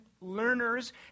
learners